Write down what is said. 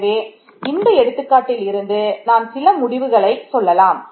எனவே இந்த எடுத்துக்காட்டில் இருந்து நான் சில முடிவுகளை சொல்லலாம்